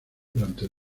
durante